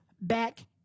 back